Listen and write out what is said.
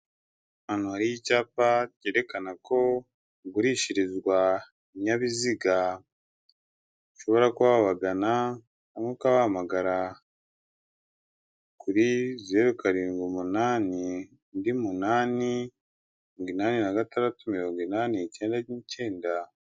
Ahantu hari icyapa cyerekana ko hagurishirizwa ibinyabiziga, ushobora kuba wabagana cyangwa ukabahamagara; kuri zeru karindwi umunani, undi munani, mirongo inani na gatandatu, mirongo inani, icyenda n' icyenda.